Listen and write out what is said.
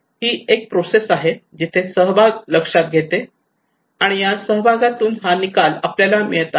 ही अशी एक प्रोसेस आहे जिथे सहभाग लक्षात घेते आणि या सहभागातून हा निकाल आपल्याला मिळत आहे